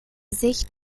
sich